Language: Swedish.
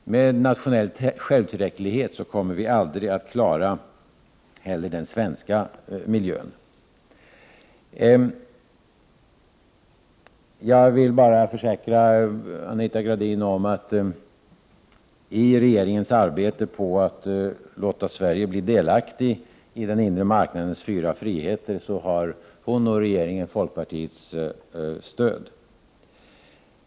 Med nationell självtillräcklighet kommer vi inte heller att klara den svenska miljön. Jag vill bara försäkra Anita Gradin om att i regeringens arbete på att låta Sverige bli delaktigt i den inre marknadens fyra friheter har hon och regeringen folkpartiets stöd.